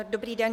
Dobrý den.